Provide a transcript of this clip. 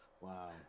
Wow